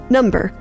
Number